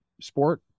sport